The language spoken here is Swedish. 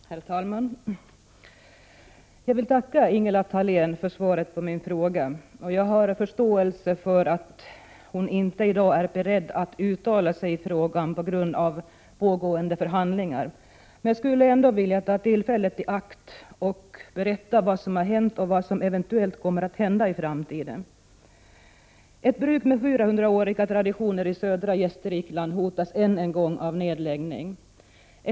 Herr talman! Jag vill tacka Ingela Thalén för svaret på min fråga. Jag har förståelse för att hon inte i dag är beredd att uttala sig i frågan på grund av pågående förhandlingar, men jag skulle ändå vilja ta tillfället i akt och berätta vad som har hänt och eventuellt kommer att hända i framtiden. Ett bruk med 400-åriga traditioner i södra Gästrikland hotas än en gång av nedläggning.